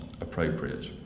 appropriate